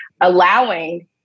Allowing